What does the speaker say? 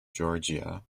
georgia